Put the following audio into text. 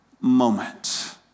moment